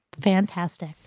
Fantastic